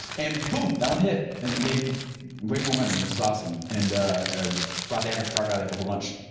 and boom, that one hit and it made way more money, which is awesome and ah brought the average car value up a whole bunch.